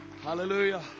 Hallelujah